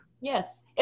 Yes